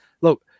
look